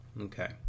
Okay